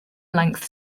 length